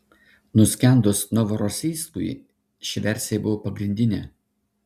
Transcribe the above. nuskendus novorosijskui ši versija buvo pagrindinė